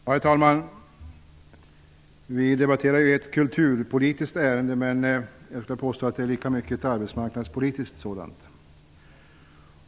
Herr talman! Vi debatterar visserligen ett kulturpolitiskt ärende, men jag skulle vilja påstå att det lika mycket är ett arbetsmarknadspolitiskt sådant.